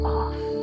off